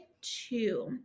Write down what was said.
two